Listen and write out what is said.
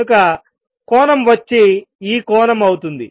కనుక కోణం వచ్చి ఈ కోణం అవుతుంది